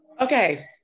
okay